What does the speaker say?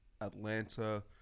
atlanta